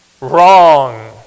Wrong